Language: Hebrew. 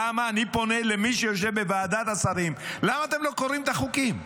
אני פונה למי שיושב בוועדת השרים: למה אתם לא קוראים את החוקים?